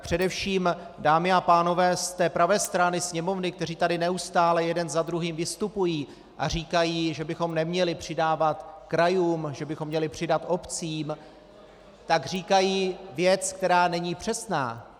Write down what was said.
Především, dámy a pánové z té pravé strany Sněmovny, kteří tady neustále jeden za druhým vystupují a říkají, že bychom neměli přidávat krajům, že bychom měli přidat obcím, tak říkají věc, která není přesná.